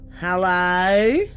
Hello